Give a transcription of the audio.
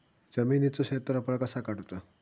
जमिनीचो क्षेत्रफळ कसा काढुचा?